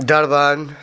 Durban